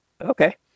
Okay